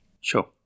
Sure